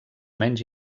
menys